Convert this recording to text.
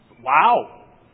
Wow